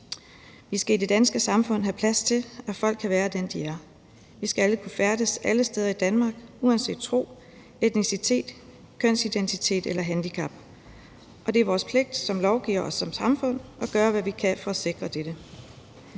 Vi skal i det danske samfund have plads til, at man kan være den, man er. Vi skal alle kunne færdes alle steder i Danmark uanset tro, etnicitet, kønsidentitet og handicap, og det er vores pligt som lovgivere og som samfund at gøre, hvad vi kan, for at sikre dette.